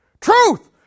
Truth